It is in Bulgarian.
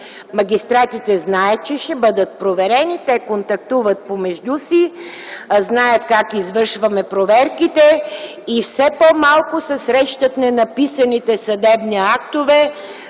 Магистратите знаят, че ще бъдат проверени. Те контактуват помежду си, знаят как извършваме проверките и все по-малко се срещат ненаписаните съдебни актове,